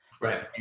Right